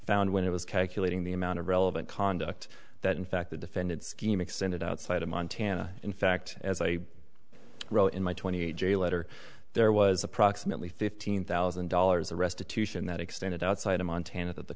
found when it was calculating the amount of relevant conduct that in fact the defendant scheme extended outside of montana in fact as i wrote in my twenty eight day letter there was approximately fifteen thousand dollars or restitution that extended outside of montana that the